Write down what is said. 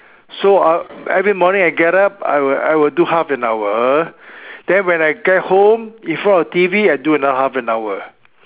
so uh every morning I get up I I will do half an hour then when I get home in front of T_V I do another half an hour